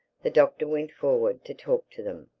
the doctor went forward to talk to them.